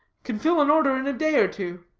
can fill an order in a day or two.